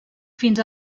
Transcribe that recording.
fins